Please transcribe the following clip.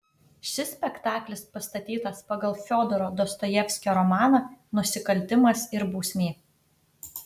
šis spektaklis pastatytas pagal fiodoro dostojevskio romaną nusikaltimas ir bausmė